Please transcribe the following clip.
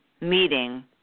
meeting